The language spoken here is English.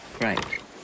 right